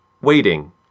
Waiting